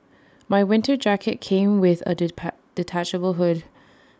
my winter jacket came with A detachable hood